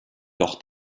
doch